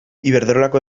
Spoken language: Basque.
iberdrolako